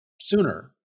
sooner